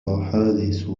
حادث